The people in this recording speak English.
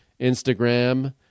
Instagram